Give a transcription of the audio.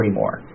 more